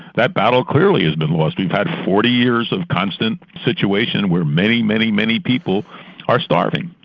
that battle clearly has been lost. we've had forty years of constant situation where many, many many people are starving.